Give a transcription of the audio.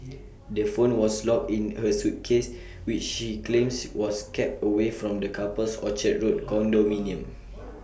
the phone was locked in her suitcase which she claims was kept away from the couple's Orchard road condominium